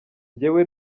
njyewe